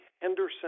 Henderson